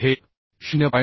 तर हे 0